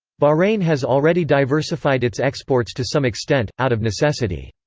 bahrain has already diversified its exports to some extent, out of necessity.